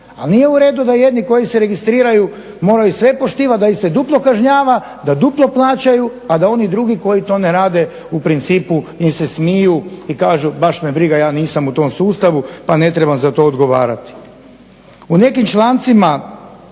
Al nije uredu da jedni koji se registriraju moraju sve poštivati da ih se duplo kažnjava, da duplo plaćaju, a da oni drugi koji to ne rade u principu im se smiju i kažu baš me briga ja nisam u tom sustavu pa ne trebam za to odgovarati. U nekim člancima